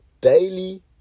Daily